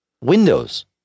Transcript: Windows